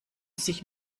sich